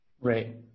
Right